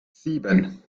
sieben